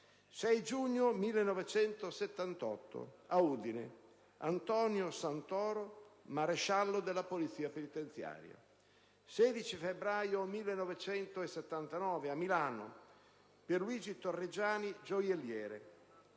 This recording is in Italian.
6 giugno 1978 a Udine, Antonio Santoro, maresciallo della Polizia penitenziaria; 16 febbraio 1979 a Milano, Pierluigi Torregiani, gioielliere;